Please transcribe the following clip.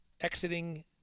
exiting